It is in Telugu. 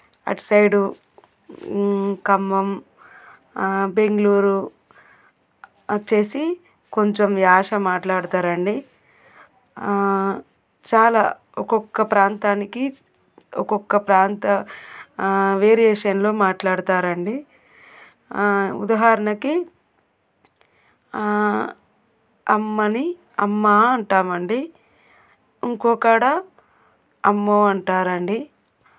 అటు సైడు ఖమ్మం బెంగళూరు వచ్చి కొంచెం యాస మాట్లాడతారండి చాలా ఒక్కొక్క ప్రాంతానికి ఒక్కొక్క ప్రాంత వేరియేషన్లో మాట్లాడతారండి ఉదాహరణకి అమ్మని అమ్మా అంటాం అండి ఇంకో కాడ అమ్మో అంటారు అండి